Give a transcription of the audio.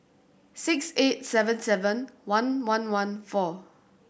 six eight seven seven one one one four